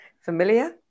Familiar